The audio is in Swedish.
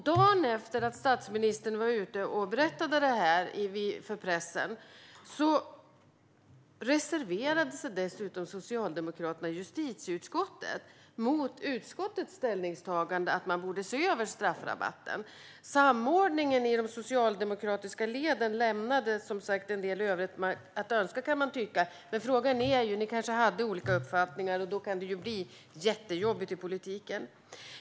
Dagen efter att statsministern var ute och berättade detta för pressen reserverade sig dessutom Socialdemokraterna i justitieutskottet mot utskottets ställningstagande att straffrabatten borde ses över. Samordningen i de socialdemokratiska leden lämnade en del i övrigt att önska, kan man tycka. Men man hade kanske olika uppfattningar, och då kan det bli jättejobbigt i politiken.